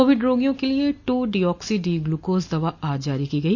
Covid रोगियों के लिए टू डीऑक्सी डी ग्लूकोस दवा आज जारी की गई